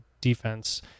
defense